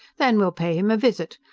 then we'll pay him a visit.